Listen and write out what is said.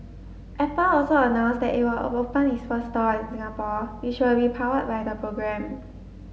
Apple also announced that it will open its first store in Singapore which will be powered by the program